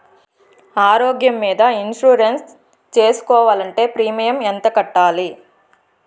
ఆరోగ్యం మీద ఇన్సూరెన్సు సేసుకోవాలంటే ప్రీమియం ఎంత కట్టాలి?